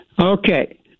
Okay